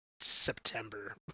September